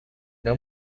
una